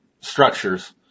structures